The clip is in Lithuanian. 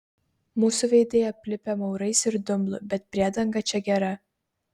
mūsų veidai aplipę maurais ir dumblu bet priedanga čia gera